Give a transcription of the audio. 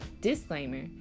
Disclaimer